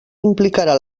implicarà